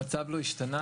המצב לא השתנה